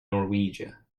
norwegia